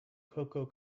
cacao